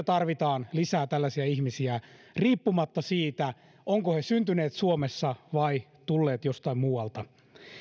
tarvitaan lisää riippumatta siitä ovatko he syntyneet suomessa vai tulleet jostain muualta